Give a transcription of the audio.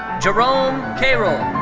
jerome cayrol.